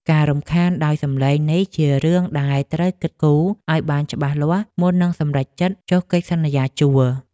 ការរំខានដោយសំឡេងនេះជារឿងដែលត្រូវគិតគូរឱ្យបានច្បាស់លាស់មុននឹងសម្រេចចិត្តចុះកិច្ចសន្យាជួល។